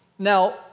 Now